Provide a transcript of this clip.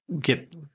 get